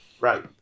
Right